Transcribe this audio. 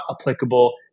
applicable